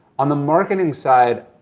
on the marketing side,